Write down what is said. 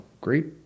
great